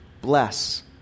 bless